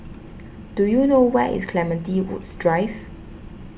do you know where is Clementi Woods Drive